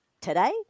today